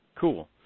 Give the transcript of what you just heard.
Cool